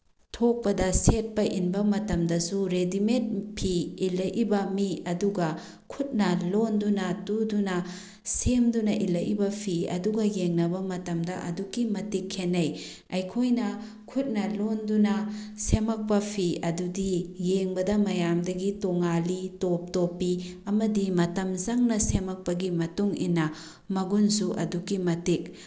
ꯊꯣꯛꯄꯗ ꯁꯦꯠꯄ ꯏꯟꯕ ꯃꯇꯝꯗꯁꯨ ꯔꯦꯗꯤꯃꯦꯗ ꯐꯤ ꯏꯜꯂꯛꯏꯕ ꯃꯤ ꯑꯗꯨꯒ ꯈꯨꯠꯅ ꯂꯣꯟꯗꯨꯅ ꯇꯨꯗꯨꯅ ꯁꯦꯝꯗꯨꯅ ꯏꯜꯂꯛꯏꯕ ꯐꯤ ꯑꯗꯨꯒ ꯌꯦꯡꯅꯕ ꯃꯇꯝꯗ ꯑꯗꯨꯛꯀꯤ ꯃꯇꯤꯛ ꯈꯦꯅꯩ ꯑꯩꯈꯣꯏꯅ ꯈꯨꯠꯅ ꯂꯣꯟꯗꯨꯅ ꯁꯦꯝꯃꯛꯄ ꯐꯤ ꯑꯗꯨꯗꯤ ꯌꯦꯡꯕꯗ ꯃꯌꯥꯝꯗꯒꯤ ꯇꯣꯉꯥꯜꯂꯤ ꯇꯣꯞ ꯇꯣꯞꯄꯤ ꯑꯃꯗꯤ ꯃꯇꯝ ꯆꯪꯅ ꯁꯦꯝꯃꯛꯄꯒꯤ ꯃꯇꯨꯡꯏꯟꯅ ꯃꯒꯨꯟꯁꯨ ꯑꯗꯨꯛꯀꯤ ꯃꯇꯤꯛ